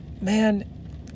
man